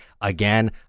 Again